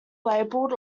labelled